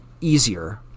easier